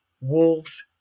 wolves